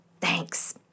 Thanks